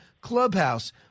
clubhouse